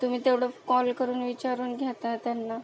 तुम्ही तेवढं फ कॉल करून विचारून घ्याताय त्यांना